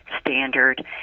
standard